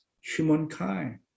humankind